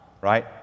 right